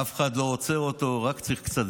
אף אחד לא עוצר אותו, ודרך ארץ.